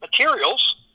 materials